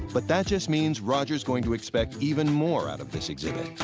but that just means roger's going to expect even more out of this exhibit.